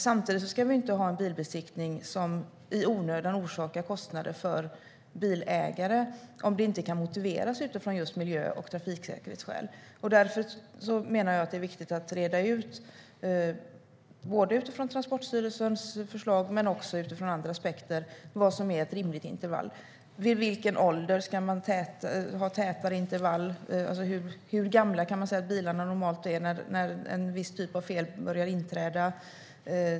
Samtidigt ska bilbesiktningen inte i onödan orsaka kostnader för bilägare om det inte kan motiveras just utifrån miljö och trafiksäkerhetsskäl. Därför är det viktigt att reda ut utifrån Transportstyrelsens förslag och utifrån andra aspekter vad som är ett rimligt intervall. Vid vilken ålder ska det bli tätare intervall? Hur gamla är bilarna normalt sett när en viss typ av fel börjar inträda?